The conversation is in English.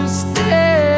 stay